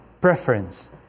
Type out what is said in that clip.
preference